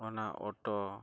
auto